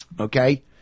okay